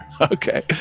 okay